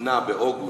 הוכנה באוגוסט,